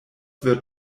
wird